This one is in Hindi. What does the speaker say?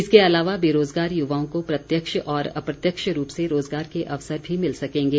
इसके अलावा बेरोज़गार युवाओं को प्रत्यक्ष और अप्रत्यक्ष रूप से रोज़गार के अवसर भी मिल सकेंगे